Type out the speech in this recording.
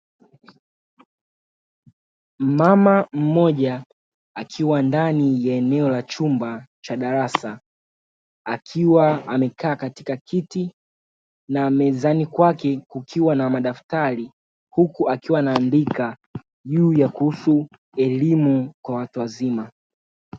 Mmama mmoja akiwa ndani ya eneo la chumba cha darasa akiwa amekaa katika kiti na mezani kwake kukiwa na madaftari huku akiwa anaandika juu ya kuhusu elimu kwa watu wazima.